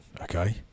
Okay